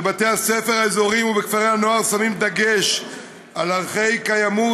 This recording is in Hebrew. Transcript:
בבתי הספר האזוריים ובכפרי הנוער שמים דגש על ערכי קיימות,